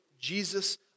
Jesus